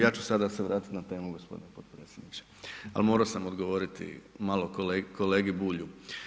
Ja ću sada se vratiti na temu gospodine potpredsjedniče, ali morao sam odgovoriti malo kolegi Bulju.